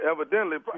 Evidently